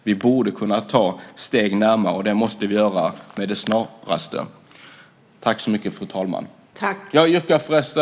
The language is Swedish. Vi borde kunna ta steg närmare, och det måste vi göra med det snaraste.